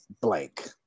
blank